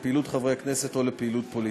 לפעילות חברי הכנסת או לפעילות פוליטית.